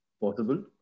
possible